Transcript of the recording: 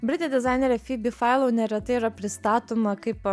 britų dizainerė fibi failau neretai yra pristatoma kaip